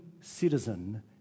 citizen